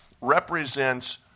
represents